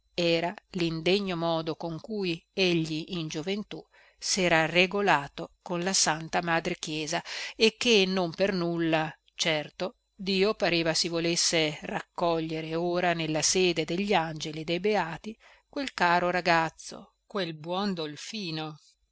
era lindegno modo con cui egli in gioventù sera regolato con la santa madre chiesa e che non per nulla certo dio pareva si volesse raccogliere ora nella sede degli angeli e dei beati quel caro ragazzo quel buon dolfino